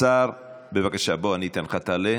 בבקשה, תעלה.